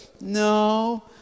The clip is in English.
no